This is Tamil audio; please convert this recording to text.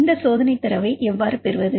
இந்த சோதனை தரவை எவ்வாறு பெறுவது